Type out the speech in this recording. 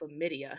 Chlamydia